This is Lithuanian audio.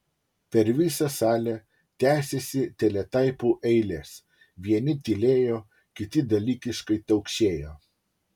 per visą salę tęsėsi teletaipų eilės vieni tylėjo kiti dalykiškai taukšėjo